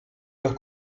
los